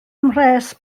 mhres